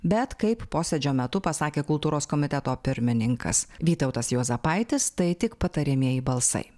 bet kaip posėdžio metu pasakė kultūros komiteto pirmininkas vytautas juozapaitis tai tik patariamieji balsai